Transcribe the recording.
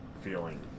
feeling